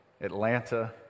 Atlanta